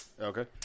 Okay